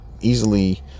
easily